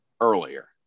earlier